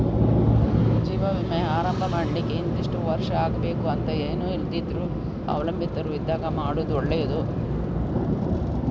ಜೀವ ವಿಮೆ ಆರಂಭ ಮಾಡ್ಲಿಕ್ಕೆ ಇಂತಿಷ್ಟು ವರ್ಷ ಆಗ್ಬೇಕು ಅಂತ ಏನೂ ಇಲ್ದಿದ್ರೂ ಅವಲಂಬಿತರು ಇದ್ದಾಗ ಮಾಡುದು ಒಳ್ಳೆದು